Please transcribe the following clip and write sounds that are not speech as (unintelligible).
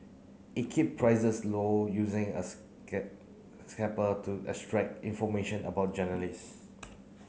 it keep prices low using a (unintelligible) scraper to extract information about journalist